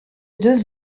deux